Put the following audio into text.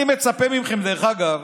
אני מצפה מכם, דרך אגב,